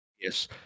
yes